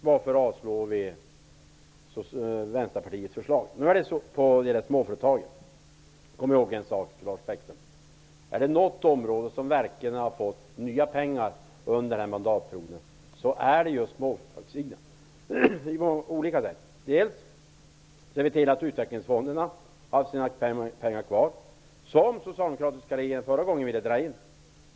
Varför avstyrker vi Vänsterpartiets förslag när det gäller småföretagen? Men, Lars Bäckström, om det är något område som verkligen har fått nya pengar under den här mandatperioden är det just småföretagen. Vi ser till att utvecklingsfonderna kan ha kvar sina pengar -- pengar som den socialdemokratiska regeringen ville dra in.